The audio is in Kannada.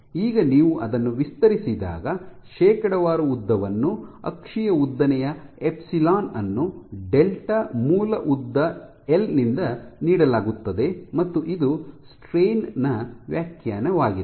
ಈಗ ನೀವು ಅದನ್ನು ವಿಸ್ತರಿಸಿದಾಗ ಶೇಕಡಾವಾರು ಉದ್ದವನ್ನು ಅಕ್ಷೀಯ ಉದ್ದನೆಯ ಎಪ್ಸಿಲಾನ್ ಅನ್ನು ಡೆಲ್ಟಾ ಮೂಲ ಉದ್ದ ಎಲ್ ನಿಂದ ನೀಡಲಾಗುತ್ತದೆ ಮತ್ತು ಇದು ಸ್ಟ್ರೈನ್ ನ ವ್ಯಾಖ್ಯಾನವಾಗಿದೆ